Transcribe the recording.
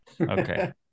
okay